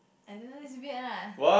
I don't know it's weird lah